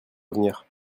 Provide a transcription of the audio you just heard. revenir